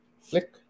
flick